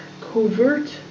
covert